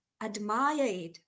Admired